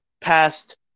past